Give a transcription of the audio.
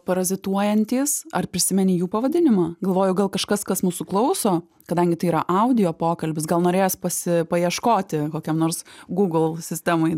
parazituojantys ar prisimeni jų pavadinimą galvoju gal kažkas kas mūsų klauso kadangi tai yra audio pokalbis gal norės pasi paieškoti kokiam nors google sistemoj